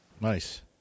Nice